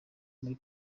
muri